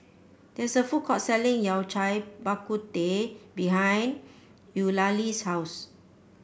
there is a food court selling Yao Cai Bak Kut Teh behind Eulalie's house